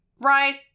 right